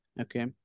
Okay